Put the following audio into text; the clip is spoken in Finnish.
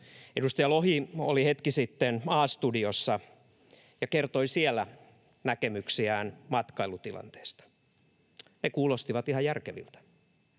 Edustaja Lohi oli hetki sitten A-studiossa ja kertoi siellä näkemyksiään matkailutilanteesta. Ne kuulostivat ihan järkeviltä.